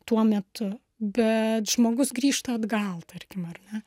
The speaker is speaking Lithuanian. tuo metu bet žmogus grįžta atgal tarkim ar ne